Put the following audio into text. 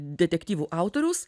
detektyvų autoriaus